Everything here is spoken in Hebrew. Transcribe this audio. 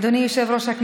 אדוני היושב-ראש,